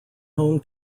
home